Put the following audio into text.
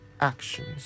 actions